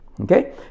okay